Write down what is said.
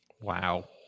Wow